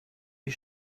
die